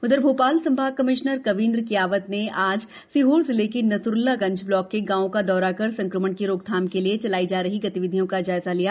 उधर भो ाल संभाग कमिश्नर कवीन्द्र कियावत ने आज सीहोर जिले के नसरुल्लागंज ब्लाक के गांवों का दौरा कर संक्रमण की रोकथाम के लिए चलाई जा रही गतिविधियों का जायजा लिया